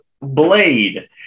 Blade